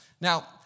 Now